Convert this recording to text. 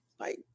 right